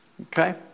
Okay